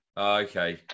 Okay